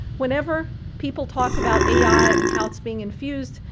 whenever people talk about ai and how it's being infused,